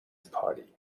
party